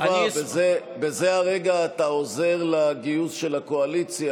בזה הרגע אתה עוזר לגיוס של הקואליציה,